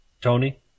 Tony